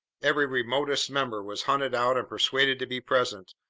every remotest member was hunted out and persuaded to be present,